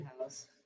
house